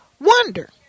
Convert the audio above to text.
wonder